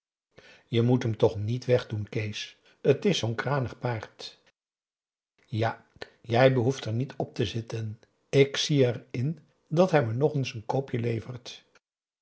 je moet hem toch niet wegdoen kees t is zoo'n kranig paard ja jij behoeft er niet op te zitten ik zie erin dat hij me nog eens n koopje levert